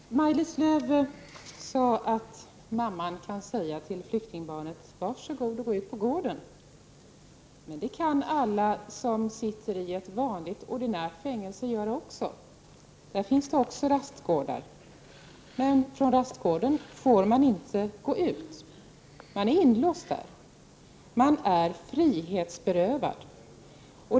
Fru talman! Maj-Lis Lööw sade att mamman kan säga till flyktingbarnet: ”Var så god och gå ut på gården.” Alla som sitter i ett vanligt ordinärt fängelse kan också gå ut på gården. Där finns det också rastgårdar. Men man får inte gå utanför rastgården. Man är inlåst där. Man är frihetsberövad.